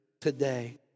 today